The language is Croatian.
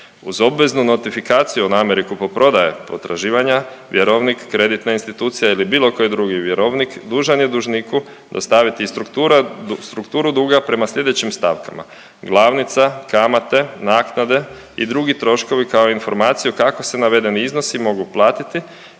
Uz obveznu notifikaciju o namjeri kupoprodaje potraživanja, vjerovnik kreditne institucije ili bilo koji drugi vjerovnik dužan je dužniku dostaviti strukturu duga prema slijedećim stavkama. Glavnica, kamate, naknade i drugi troškovi kao informaciju kako se navedeni iznosi mogu platiti